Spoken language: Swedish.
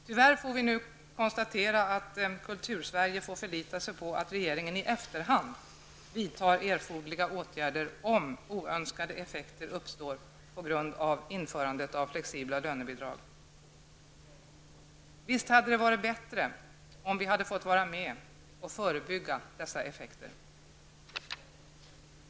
Tyvärr får vi konstatera att Kultursverige nu får förlita sig på att regeringen i efterhand vidtar erforderliga åtgärder, om oönskade effekter uppstår på grund av införandet av flexibla lönebidrag. Visst hade det varit bättre om vi hade fått vara med och förebygga dessa effekter.